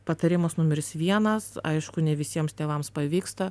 patarimas numeris vienas aišku ne visiems tėvams pavyksta